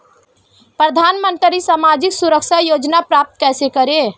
प्रधानमंत्री सामाजिक सुरक्षा योजना प्राप्त कैसे करें?